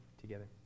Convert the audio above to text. together